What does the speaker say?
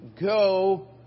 go